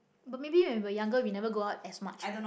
but maybe when we were younger we never go out as much